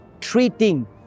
treating